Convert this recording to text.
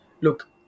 Look